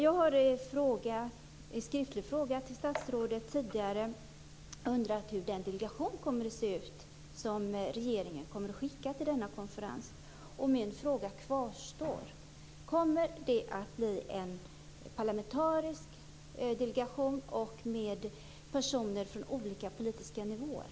Jag har i en skriftlig fråga till statsrådet tidigare undrat hur den delegation kommer att se ut som regeringen skickar till denna konferens. Min fråga kvarstår: Kommer det att bli en parlamentarisk delegation med personer från olika politiska nivåer?